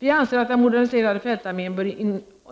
Vi anser att den moderniserade fältarmén bör